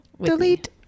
Delete